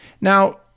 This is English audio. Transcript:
Now